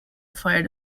fire